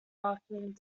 marketing